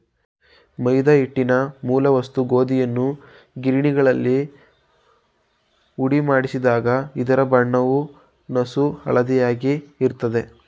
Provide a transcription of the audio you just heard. ಮೈದಾ ಹಿಟ್ಟಿನ ಮೂಲ ವಸ್ತು ಗೋಧಿಯನ್ನು ಗಿರಣಿಗಳಲ್ಲಿ ಹುಡಿಮಾಡಿಸಿದಾಗ ಇದರ ಬಣ್ಣವು ನಸುಹಳದಿಯಾಗಿ ಇರ್ತದೆ